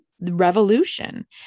revolution